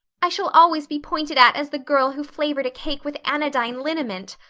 i shall always be pointed at as the girl who flavored a cake with anodyne liniment.